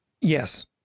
Yes